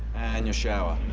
and your shower.